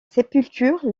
sépulture